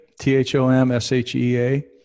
T-H-O-M-S-H-E-A